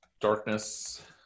darkness